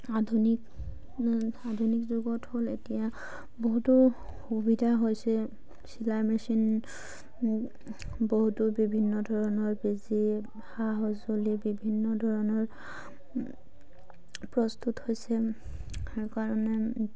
আধুনিক আধুনিক যুগত হ'ল এতিয়া বহুতো সুবিধা হৈছে চিলাই মেচিন বহুতো বিভিন্ন ধৰণৰ সা সঁজুলি বিভিন্ন ধৰণৰ প্ৰস্তুত হৈছে সেইকাৰণে